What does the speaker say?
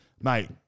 Mate